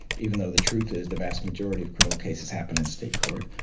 even though the truth is the vast majority of criminal cases happen in state court.